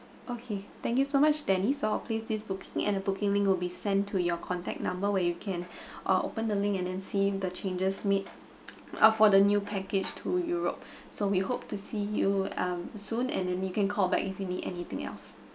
okay thank you so much denny so I'll place this booking and the booking link will be sent to your contact number where you can uh open the link and then seeing the changes made uh for the new package to europe so we hope to see you um soon and then you can call back if you need anything else